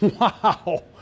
Wow